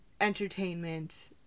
entertainment